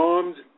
Armed